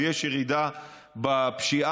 ויש ירידה בפשיעה,